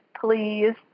please